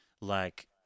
like-